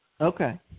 Okay